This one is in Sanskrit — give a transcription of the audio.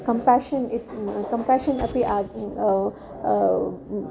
कम्पाषन् इत् कम्पाशन् अपि आ